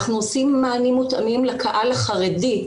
אנחנו עושים מענים מותאמים לקהל החרדי.